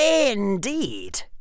Indeed